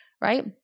right